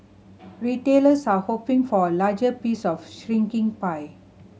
retailers are hoping for a larger piece of a shrinking pie